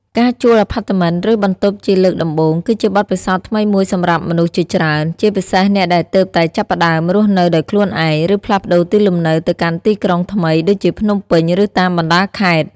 ការជួលអាផាតមិន ឬបន្ទប់ជាលើកដំបូង គឺជាបទពិសោធន៍ថ្មីមួយសម្រាប់មនុស្សជាច្រើន ជាពិសេសអ្នកដែលទើបតែចាប់ផ្តើមរស់នៅដោយខ្លួនឯង ឬផ្លាស់ប្តូរទីលំនៅទៅកាន់ទីក្រុងថ្មីដូចជាភ្នំពេញ ឬតាមបណ្តាខេត្ត។